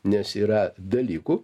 nes yra dalykų